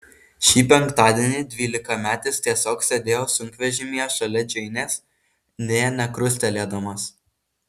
šį penktadienį dvylikametis tiesiog sėdėjo sunkvežimyje šalia džeinės nė nekrustelėdamas